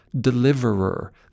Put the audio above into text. deliverer